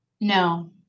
No